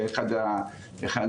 רגע,